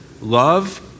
love